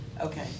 Okay